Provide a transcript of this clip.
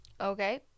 Okay